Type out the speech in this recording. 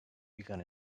began